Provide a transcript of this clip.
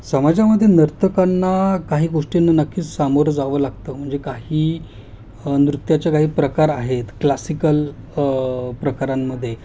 समाजामध्ये नर्तकांना काही गोष्टींना नक्कीच सामोरं जावं लागतं म्हणजे काही नृत्याचे काही प्रकार आहेत क्लासिकल प्रकारांमध्ये